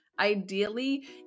Ideally